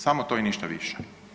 Samo to i ništa više.